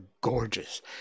gorgeous